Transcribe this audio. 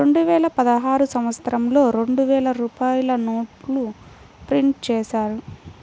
రెండువేల పదహారు సంవత్సరంలో రెండు వేల రూపాయల నోట్లు ప్రింటు చేశారు